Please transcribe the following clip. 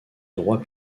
droit